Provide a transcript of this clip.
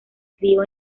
crió